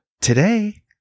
today